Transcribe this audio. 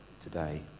today